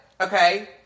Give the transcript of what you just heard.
Okay